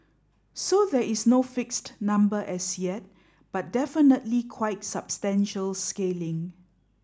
so there is no fixed number as yet but definitely quite substantial scaling